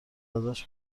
ازش